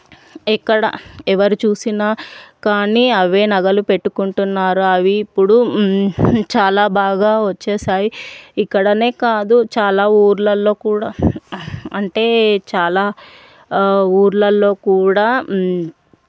ఎక్కడ ఎవరు చూసినా కానీ అవే నగలు పెట్టుకుంటున్నారు అవి ఇప్పుడు చాలా బాగా వచ్చేసాయి ఇక్కడనే కాదు చాలా ఊళ్ళలో కూడా అంటే చాలా ఊళ్ళల్లో కూడా